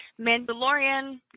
Mandalorian